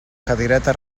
cadireta